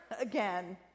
again